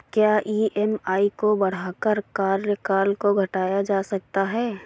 क्या ई.एम.आई को बढ़ाकर कार्यकाल को घटाया जा सकता है?